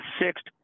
Sixth